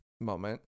moment